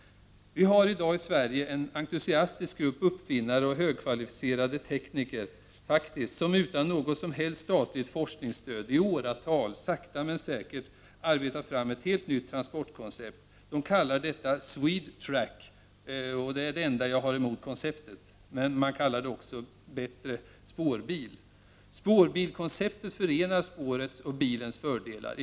Vi har i dag i Sverige en entusiastisk grupp uppfinnare och högkvalificerade tekniker som faktiskt, utan något som helst statligt forskningsstöd, i åratal, sakta men säkert, arbetat fram ett helt nytt transportkoncept. De kallar det SNEDETRACK, vilket är det enda jag har emot konceptet. Man kallar det också och bättre Spårbil. Spårbil-konceptet förenar spårets och bilens fördelar.